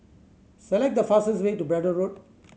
select the fastest way to Braddell Road